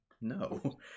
no